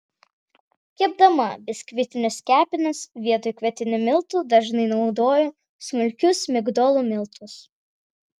kepdama biskvitinius kepinius vietoj kvietinių miltų dažnai naudoju smulkius migdolų miltus